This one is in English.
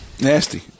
Nasty